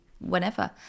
whenever